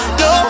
no